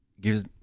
gives